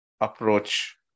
approach